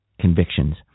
convictions